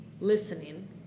listening